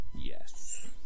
Yes